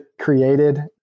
created